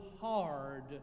hard